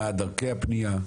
מה דרכי הפנייה,